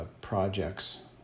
projects